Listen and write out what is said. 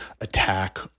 attack